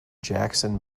jackson